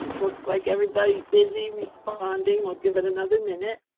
looks like everybody is busy responding. we'll give it another minute.